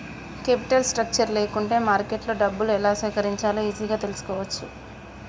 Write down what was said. capital structure లేకుంటే మార్కెట్లో డబ్బులు ఎలా సేకరించాలో ఈజీగా తెల్సుకోవచ్చు